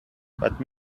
but